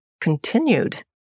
continued